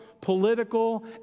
political